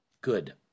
good